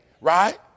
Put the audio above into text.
right